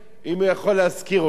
אם הוא יכול להשכיר אותו.